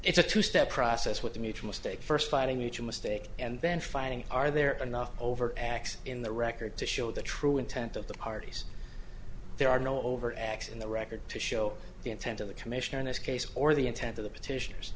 it's a two step process with the major mistake first fighting each mistake and then finding are there enough overt acts in the record to show the true intent of the parties there are no overt acts in the record to show the intent of the commissioner in this case or the intent of the petitioners